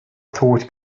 thought